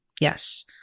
Yes